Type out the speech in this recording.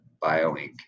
bioink